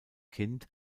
kind